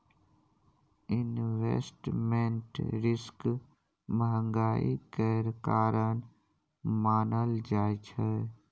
investment risk महंगाई केर कारण मानल जाइ छै